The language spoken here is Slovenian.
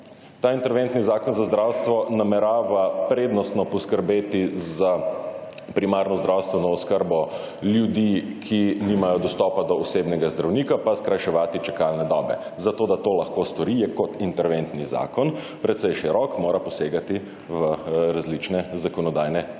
Ta intereventni zakon za zdravstvo namerava prednostno poskrbeti za primarno zdravstveno oskrbo ljudi, ki nimajo dostopa do osebnega zdravnika, pa skrajševati čakalne dobe. Zato da to lahko stori je kot interventni zakon, precej širok, mora posegati v različne zakonodajne korpuse.